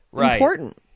important